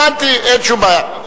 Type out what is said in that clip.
הבנתי, אין שום בעיה.